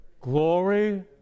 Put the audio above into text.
glory